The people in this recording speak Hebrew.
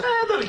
בסדר.